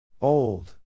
Old